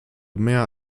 mehr